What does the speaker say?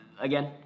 again